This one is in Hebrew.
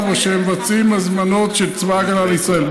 או שבהם מבצעים הזמנות של צבא הגנה לישראל.